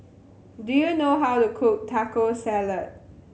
do you know how to cook Taco Salad